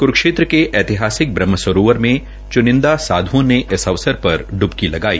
कुरूक्षेत्र के ऐतिहासिक ब्रह्मसरोवर में च्नींदा साध्ओं ने इस अवसर पर ड्बकी लगाई